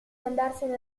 andarsene